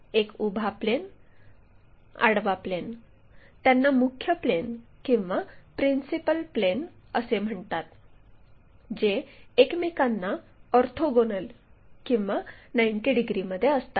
एक उभा प्लेन आडवा प्लेन त्यांना मुख्य प्लेन किंवा प्रिन्सिपल प्लेन असे म्हणतात जे एकमेकांना ऑर्थोगोनल किंवा 90 डिग्रीमध्ये असतात